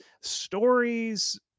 stories